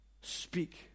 speak